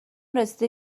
رسیده